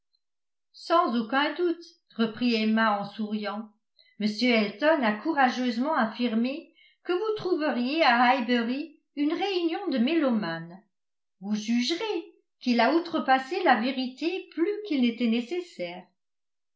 sans aucun doute reprit emma en souriant m elton a courageusement affirmé que vous trouveriez à highbury une réunion de mélomanes vous jugerez qu'il a outrepassé la vérité plus qu'il n'était nécessaire